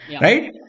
right